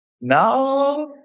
now